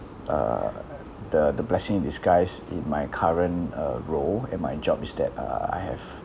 uh the the blessing in disguise in my current uh role in my job is that uh I have